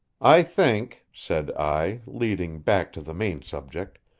i think, said i, leading back to the main subject,